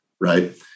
right